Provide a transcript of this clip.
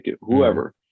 Whoever